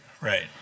right